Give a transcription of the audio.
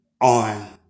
on